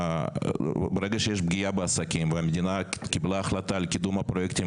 ברגע שיש פגיעה בעסקים והמדינה קיבלה החלטה לקידום הפרויקטים